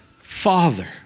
Father